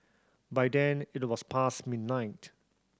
by then it was past midnight